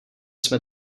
jsme